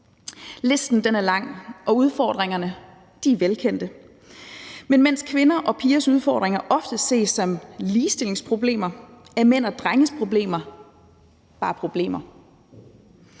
Listen er lang, og udfordringerne er velkendte. Men mens kvinder og pigers udfordringer ofte ses som ligestillingsproblemer, er mænd og drenges problemer bare problemer.